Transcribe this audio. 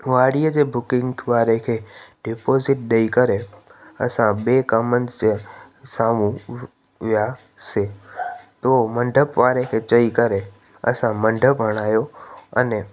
वारीअ जे बुकिंग वारे खे डिपोज़िट ॾेई करे असां ॿिए कमनि ते साम्हूं वियासीं पोइ मंडप वारे खे चई करे असां मंडप हणायो अने